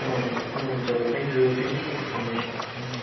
हुन्छ हुन्छ ल thank you thank you for the information हुन्छ